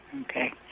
okay